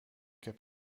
heb